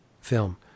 film